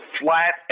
flat